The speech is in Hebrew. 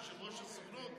כולל כל עמותות השמאל.